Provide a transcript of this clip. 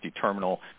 terminal